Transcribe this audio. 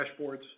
dashboards